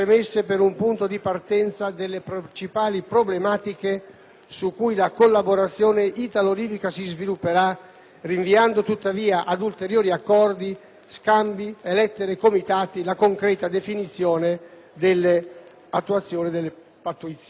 rinviando tuttavia ad ulteriori accordi, scambi di lettere e comitati la concreta definizione e attuazione delle pattuizioni. Nel dichiarare il convinto sostegno del Popolo della Libertà al Trattato in esame, formulo quindi l'auspicio che il positivo clima